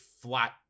flat